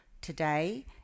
Today